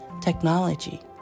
technology